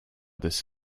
this